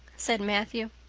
said matthew.